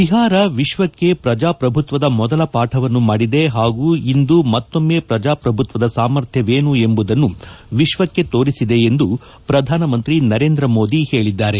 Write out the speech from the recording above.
ಬಿಹಾರ ವಿಶ್ವಕ್ಕೆ ಪ್ರಜಾಪ್ರಭುತ್ವದ ಮೊದಲ ಪಾಠವನ್ನು ಮಾಡಿದೆ ಹಾಗೂ ಇಂದು ಮತ್ತೊಮ್ಮೆ ಪ್ರಜಾಪ್ರಭುತ್ವದ ಸಾಮರ್ಥ್ಯವೇನು ಎಂಬುದನ್ನು ವಿಶ್ವಕ್ಕೆ ತೋರಿಸಿದೆ ಎಂದು ಪ್ರಧಾನಮಂತ್ರಿ ನರೇಂದ ಮೋದಿ ಹೇಳಿದ್ದಾರೆ